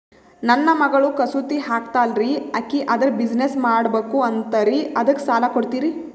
ನನ್ನ ಮಗಳು ಕಸೂತಿ ಹಾಕ್ತಾಲ್ರಿ, ಅಕಿ ಅದರ ಬಿಸಿನೆಸ್ ಮಾಡಬಕು ಅಂತರಿ ಅದಕ್ಕ ಸಾಲ ಕೊಡ್ತೀರ್ರಿ?